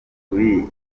kuri